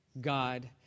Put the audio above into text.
God